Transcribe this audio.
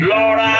Lord